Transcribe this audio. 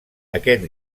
aquest